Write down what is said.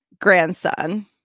grandson